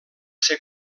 ser